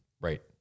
Right